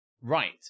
right